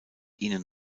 ihnen